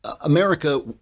America